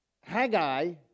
Haggai